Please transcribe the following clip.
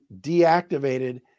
deactivated